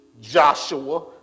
Joshua